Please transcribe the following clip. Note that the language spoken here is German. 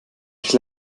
ich